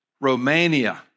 Romania